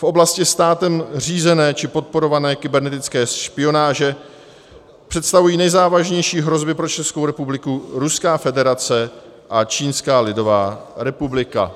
V oblasti státem řízené či podporované kybernetické špionáže představují nejzávažnější hrozby pro Českou republiku Ruská federace a Čínská lidová republika.